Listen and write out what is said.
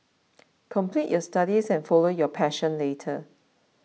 complete your studies and follow your passion later